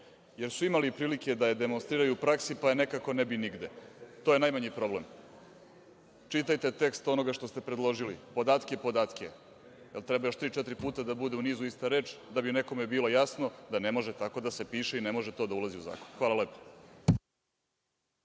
jer su imali prilike da je demonstriraju u praksi, pa je nekako ne bi nigde. To je najmanji problem. Čitajte tekst onoga što ste predložili, podatke i podatke. Jer treba još tri, četiri puta u nizu da bude ista reč da bi nekome bilo jasno da ne može tako da se piše i ne može to da ulazi u zakon. Hvala lepo.